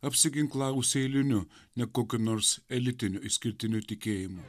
apsiginklavus eiliniu ne kokiu nors elitiniu išskirtiniu tikėjimu